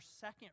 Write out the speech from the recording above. second